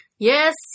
Yes